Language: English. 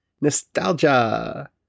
Nostalgia